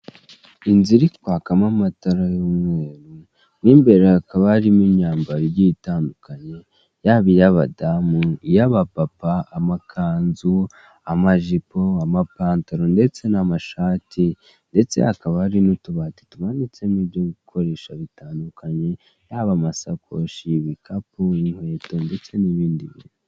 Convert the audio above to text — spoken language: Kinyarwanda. Inzira iri kwakamo amatara y'umweru n'imbere hakaba harimo imyambaro igitandukanye, yaba iy'abadamu iy'abapapa, amakanzu, amajipo, amapantaro ndetse n'amashati, ndetse akaba hari n'utubati tumanitsemo ibyo gukoresha bitandukanye, haba amasakoshi, ibikapu n'inkweto ndetse n'ibindi bintu.